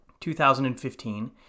2015